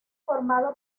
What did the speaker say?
formado